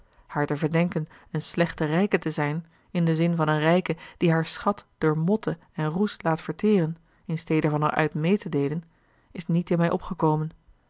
te verdenken eene slechte rijke te zijn in den zin van eene rijke die haar schat door motten en roest laat verteren in stede van er uit meê te deelen is niet in mij opgekomen